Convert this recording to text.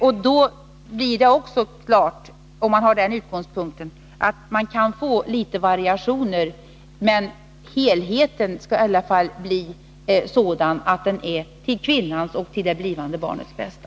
Om man har den utgångspunkten står det också klart att det kan bli litet variationer. Men helheten skall i alla fall bli sådan att den är till kvinnans och det blivande barnets bästa.